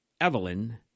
Evelyn